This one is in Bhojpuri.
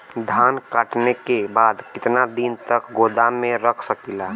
धान कांटेके बाद कितना दिन तक गोदाम में रख सकीला?